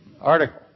article